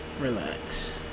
Relax